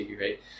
right